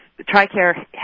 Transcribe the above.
Tricare